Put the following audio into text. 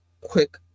quick